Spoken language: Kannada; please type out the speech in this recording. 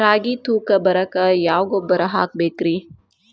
ರಾಗಿ ತೂಕ ಬರಕ್ಕ ಯಾವ ಗೊಬ್ಬರ ಹಾಕಬೇಕ್ರಿ?